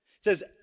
says